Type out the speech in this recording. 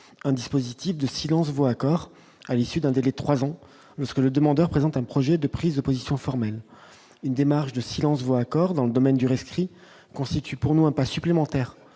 un dispositif de silence vaut accord à l'issue d'un délai de 3 ans, lorsque le demandeur présente un projet de prise de position formelle, une démarche de silence vaut accord dans le domaine du rescrit constitue pour nous un pas supplémentaire